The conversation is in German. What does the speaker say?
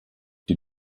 die